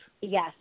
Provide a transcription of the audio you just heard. Yes